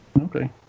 Okay